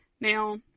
Now